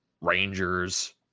Rangers